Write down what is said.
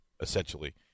essentially